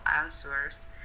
answers